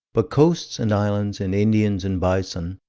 but coasts and islands and indians and bison,